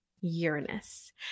Uranus